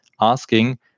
asking